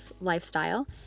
lifestyle